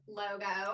logo